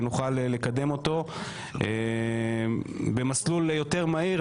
ונוכל לקדם אותו במסלול יותר מהיר,